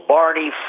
Barney